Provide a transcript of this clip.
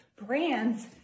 brands